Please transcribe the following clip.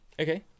Okay